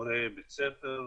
מורה בבית ספר,